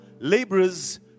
Laborers